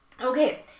Okay